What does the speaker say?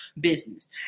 business